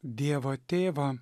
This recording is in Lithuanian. dievą tėvą